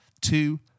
two